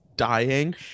dying